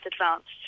advanced